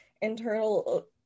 internal